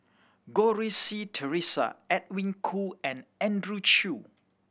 Goh Rui Si Theresa Edwin Koo and Andrew Chew